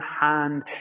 hand